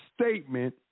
statement